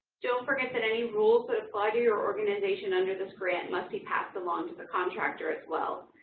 don't forget that any rules that apply to your organization under this grant must be passed along to the contractor as well.